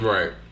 Right